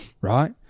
right